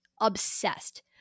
obsessed